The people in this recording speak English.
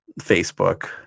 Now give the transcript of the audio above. Facebook